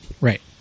Right